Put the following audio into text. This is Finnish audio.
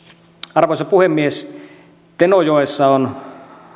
arvoisa puhemies tenojoessa on